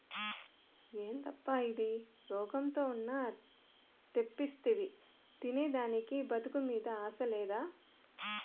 యేదప్పా ఇది, రోగంతో ఉన్న తెప్పిస్తివి తినేదానికి బతుకు మీద ఆశ లేదా